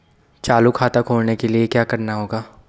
चालू खाता खोलने के लिए क्या करना होगा?